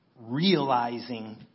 realizing